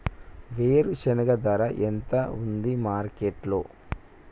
వేరుశెనగ ధర ఎంత ఉంది మార్కెట్ లో?